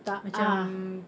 macam